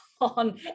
on